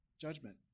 judgment